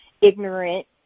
ignorant